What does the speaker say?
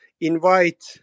invite